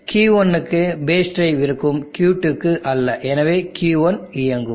Q1 க்கு base drive இருக்கும் Q2 க்கு அல்ல எனவே Q1 இயங்கும்